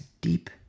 deep